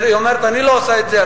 אומרת: אני לא עושה את זה,